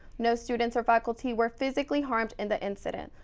no students or faculty were physically harmed in the incident.